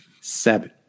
Seven